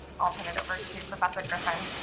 i'll turn it over to professor griffin.